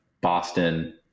Boston